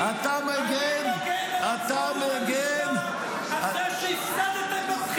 אתה מגן --- אני מגן על עצמאות הלשכה אחרי שהפסדתם בבחירות.